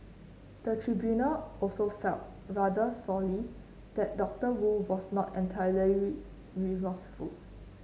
the tribunal also felt rather sorely that Doctor Wu was not entirely remorseful